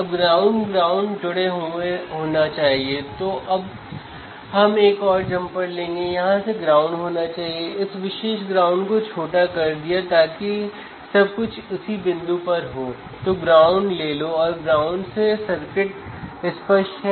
हम instrumentation amplifier के output को मापने की कोशिश कर रहे हैं